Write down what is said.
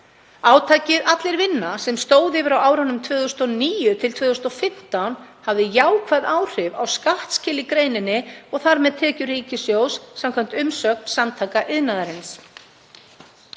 Átakið Allir vinna, sem stóð yfir á árunum 2009–2015, hafði jákvæð áhrif á skattaskil í greininni og þar með tekjur ríkissjóðs samkvæmt umsögn Samtaka iðnaðarins.